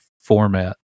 format